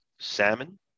salmon